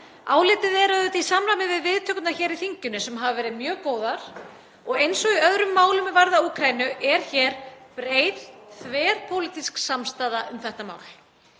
Álitið er auðvitað í samræmi við viðtökurnar í þinginu sem hafa verið mjög góðar og eins og í öðrum málum er varða Úkraínu er hér breið þverpólitísk samstaða um þetta mál.